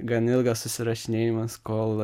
gan ilgas susirašinėjimas kol